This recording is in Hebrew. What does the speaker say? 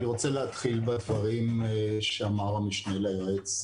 אני רוצה להתחיל בדברים שאמר המשנה ליועץ,